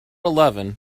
eleven